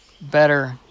better